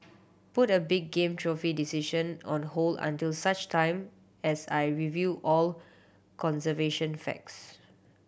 put a big game trophy decision on hold until such time as I review all conservation facts